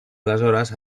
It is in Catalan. aleshores